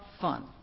fun